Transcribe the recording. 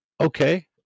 okay